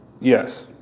Yes